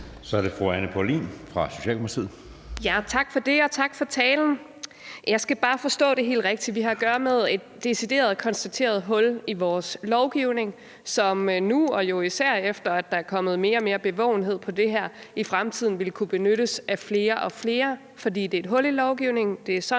Så er det fru Anne Paulin fra Socialdemokratiet.